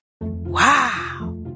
Wow